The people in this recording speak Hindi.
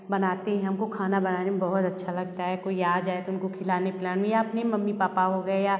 बनाते हैं हम को खाना बनाने में बहुत अच्छा लगता है कोई आ जाए तो उनको खिलाने पिलाने में या अपने मम्मी पापा हो गए या